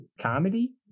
comedy